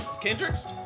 Kendricks